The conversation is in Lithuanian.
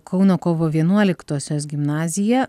kauno kovo vienuoliktosios gimnazija